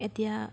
এতিয়া